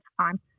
time